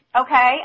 Okay